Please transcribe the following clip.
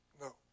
No